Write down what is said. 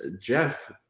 jeff